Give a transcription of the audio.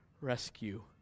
rescue